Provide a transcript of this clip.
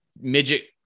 midget